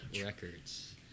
records